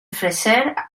freser